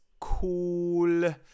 cool